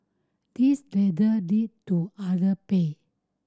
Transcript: this ladder lead to other pay